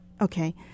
Okay